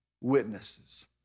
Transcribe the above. witnesses